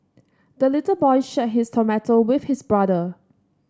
the little boy shared his tomato with his brother